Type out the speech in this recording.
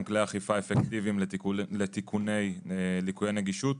כלי אכיפה אפקטיביים לתיקוני ליקויי נגישות.